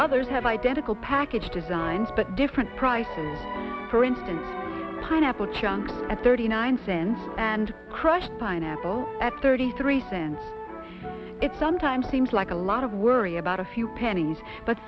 others have identical package designs but different prices for instance pineapple chunks at thirty nine cents and crushed pineapple at thirty three cents it sometimes seems like a lot of worry about a few pennies but